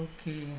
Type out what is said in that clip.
Okay